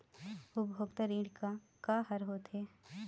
उपभोक्ता ऋण का का हर होथे?